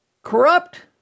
Corrupt